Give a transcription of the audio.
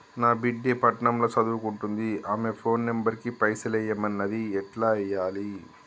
నా బిడ్డే పట్నం ల సదువుకుంటుంది ఆమె ఫోన్ నంబర్ కి పైసల్ ఎయ్యమన్నది ఎట్ల ఎయ్యాలి?